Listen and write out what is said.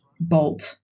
bolt